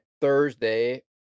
Thursday